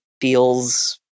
feels